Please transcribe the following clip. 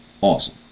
Awesome